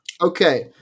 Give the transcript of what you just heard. Okay